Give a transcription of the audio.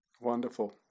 Wonderful